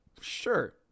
sure